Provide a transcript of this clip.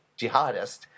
jihadist